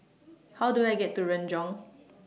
How Do I get to Renjong